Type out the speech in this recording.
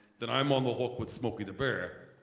then i'm on the hook with smokey the bear.